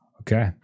Okay